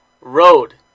road